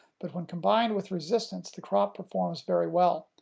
but when combined with resistance the crop performs very well.